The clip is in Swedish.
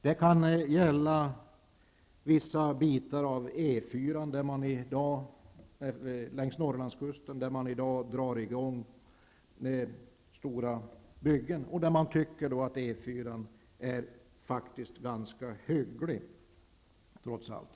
Det kan gälla vissa delar av E 4:an längs Norrlandskusten, där man i dag drar i gång med stora byggen och där man tycker att E 4:an faktisk är i ganska hyggligt skick trots allt.